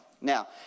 Now